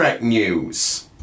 news